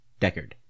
Deckard